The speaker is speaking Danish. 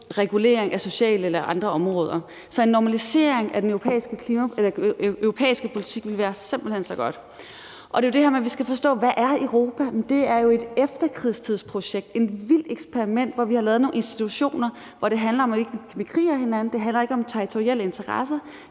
regulering af sociale alle andre områder. Så en normalisering af den europæiske politik ville simpelt hen være så godt, og det er jo det her med, at vi skal forstå, hvad Europa er. Det er jo et efterkrigstidsprojekt, et vildt eksperiment, hvor vi har lavet nogle institutioner, hvor det handler om, at vi ikke bekriger hinanden,